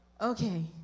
okay